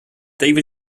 david